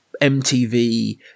MTV